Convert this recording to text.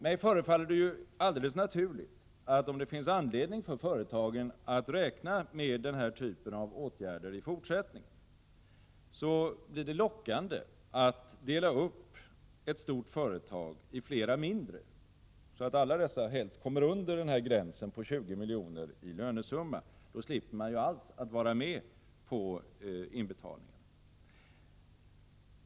Mig förefaller det alldeles naturligt att om det finns anledning för företagen att räkna med den här typen av åtgärder i fortsättningen, blir det lockande att dela upp ett stort företag i flera mindre, så att alla helst kommer under gränsen på 20 miljoner i lönesumma. Då slipper man att alls vara med på inbetalningarna.